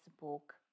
book